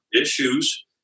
issues